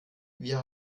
wir